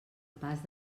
pas